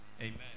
Amen